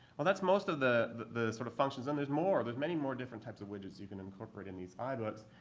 well, that's most of the sort of functions. and there's more. there's many more different types of widgets that you can incorporate in these ibooks.